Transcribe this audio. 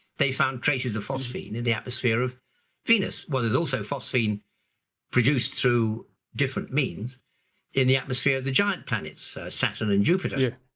they found traces of phosphine in the atmosphere of venus. well there's also phosphine produced through different means in the atmosphere of the giant planets, saturn and jupiter.